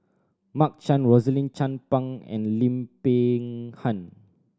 Mark Chan Rosaline Chan Pang and Lim Peng Han